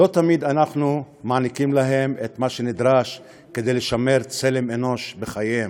לא תמיד אנחנו מעניקים להם את מה שנדרש כדי לשמר צלם אנוש בחייהם.